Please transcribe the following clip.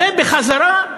ובחזרה,